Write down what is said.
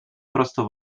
prosto